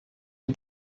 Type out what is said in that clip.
die